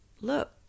look